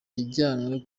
yajyanwe